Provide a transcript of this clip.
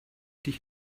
dich